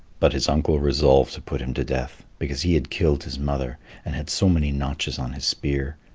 but his uncle resolved to put him to death because he had killed his mother and had so many notches on his spear.